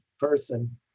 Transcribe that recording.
person